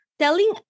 Telling